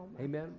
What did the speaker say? amen